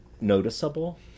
noticeable